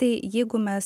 tai jeigu mes